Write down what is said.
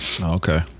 Okay